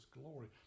glory